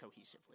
cohesively